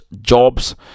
jobs